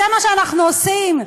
זה מה שאנחנו עושים?